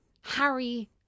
Harry